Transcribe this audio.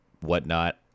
whatnot